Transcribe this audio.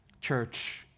Church